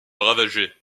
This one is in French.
ravagée